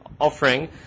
offering